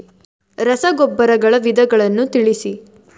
ರಸಗೊಬ್ಬರಗಳ ವಿಧಗಳನ್ನು ತಿಳಿಸಿ?